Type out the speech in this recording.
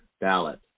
ballot